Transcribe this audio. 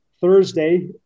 Thursday